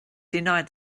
denied